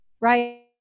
right